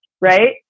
right